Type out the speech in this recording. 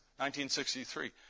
1963